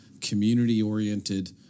community-oriented